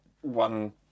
one